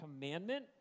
commandment